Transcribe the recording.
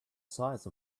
size